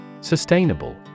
Sustainable